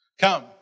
Come